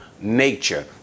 nature